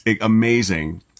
amazing